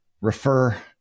refer